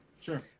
Sure